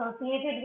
associated